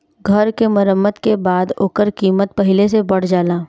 घर के मरम्मत के बाद ओकर कीमत पहिले से बढ़ जाला